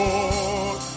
Lord